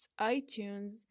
iTunes